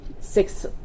six